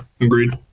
Agreed